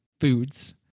foods